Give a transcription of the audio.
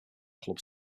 club